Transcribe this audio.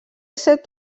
set